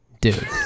Dude